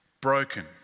Broken